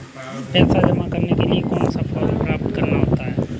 पैसा जमा करने के लिए कौन सा फॉर्म प्राप्त करना होगा?